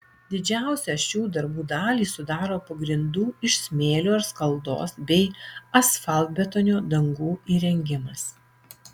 didžiausią šių darbų dalį sudaro pagrindų iš smėlio ir skaldos bei asfaltbetonio dangų įrengimas